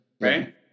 Right